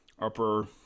upper